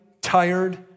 tired